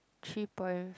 three point